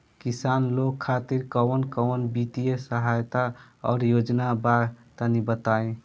किसान लोग खातिर कवन कवन वित्तीय सहायता और योजना बा तनि बताई?